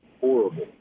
horrible